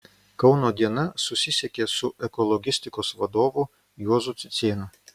kauno diena susisiekė su ekologistikos vadovu juozu cicėnu